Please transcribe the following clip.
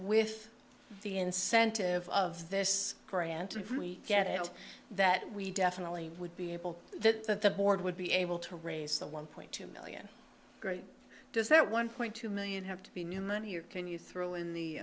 with the incentive of this grant if we get it that we definitely would be able that the board would be able to raise the one point two million great does that one point two million have to be new money or can you throw in